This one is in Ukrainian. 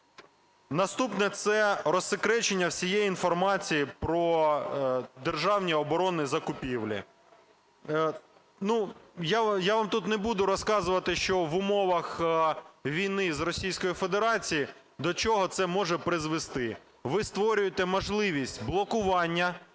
Наступне – це розсекречення всієї інформації про державні оборонні закупівлі. Я вам тут не буду розказувати, що в умовах війни з Російською Федерацією, до чого це може призвести. Ви створюєте можливість блокування